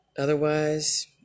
Otherwise